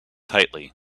tightly